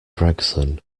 gregson